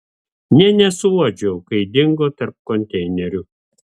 nė nesuuodžiau kai dingo tarp konteinerių